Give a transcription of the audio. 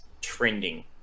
trending